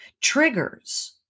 Triggers